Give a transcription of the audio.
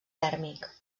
tèrmic